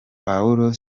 paulo